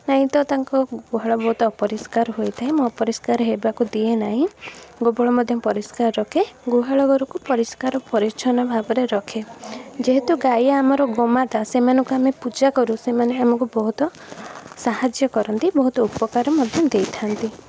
ନାଇଁ ତ ତାଙ୍କ ଗୁହାଳ ବହୁତ ଅପରିଷ୍କାର ହୋଇଥାଏ ମୁଁ ଅପରିଷ୍କାର ହେବାକୁ ଦିଏ ନାହିଁ ଗୋବର ମଧ୍ୟ ପରିଷ୍କାର ରଖେ ଗୁହାଳ ଘରକୁ ପରିଷ୍କାର ପରିଛନ୍ନ ଭାବରେ ରଖେ ଯେହେତୁ ଗାଈ ଆମର ଗୋମାତା ସେମାନଙ୍କୁ ଆମେ ପୂଜା କରୁ ସେମାନେ ଆମକୁ ବହୁତ ସାହାଯ୍ୟ କରନ୍ତି ବହୁତ ଉପକାର ମଧ୍ୟ ଦେଇଥାନ୍ତି